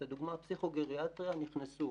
לדוגמה, פסיכו-גריאטריה נכנסו.